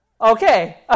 Okay